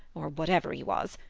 or whatever he was,